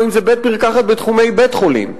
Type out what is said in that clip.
או בית-מרקחת בתחומי בית-חולים,